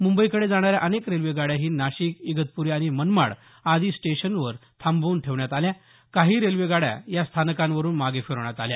मुंबईकडे जाणाऱ्या अनेक रेल्वे गाड्याही नाशिक इगतपुरी आणि मनमाड आदी स्टेशनवर थांबवून ठेवण्यात आल्या काही रेल्वे गाड्या या स्थानकावरून मागे फिरवण्यात आल्या